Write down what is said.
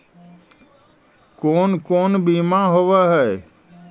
कोन कोन बिमा होवय है?